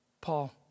Paul